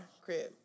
crib